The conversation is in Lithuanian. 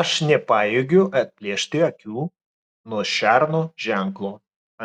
aš nepajėgiu atplėšti akių nuo šerno ženklo